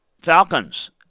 Falcons